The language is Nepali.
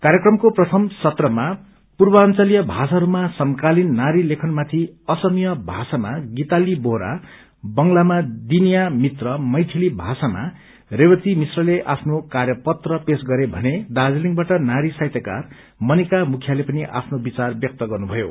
कार्यक्रमको प्रथम सत्रमा पूर्वांजलीय भाषाहरूमा समकालिन नारी लेखन माथि असमीय भाषामा गिताली बोहोरा बंगालमा दिनीया मित्र मैथली भाषामा रेवती मिश्रले आफ्ना कार्यपत्र पेश गरे भने दार्जीलिङबाट साहित्यकार मनिका मुखियाले पनि आफ्नो विचार ब्यक्त गर्नु भयो